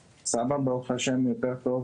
אדם: סבא ברוך השם יותר טוב,